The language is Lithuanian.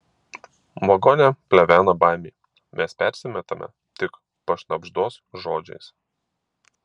vagone plevena baimė mes persimetame tik pašnabždos žodžiais